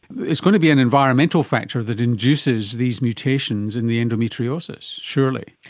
it's going to be an environmental factor that induces these mutations in the endometriosis, surely?